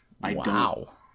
Wow